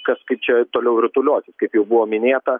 kas kaip čia toliau rutuliosis kaip jau buvo minėta